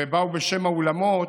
ובאו בשם האולמות.